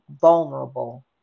vulnerable